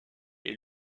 est